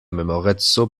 memoreco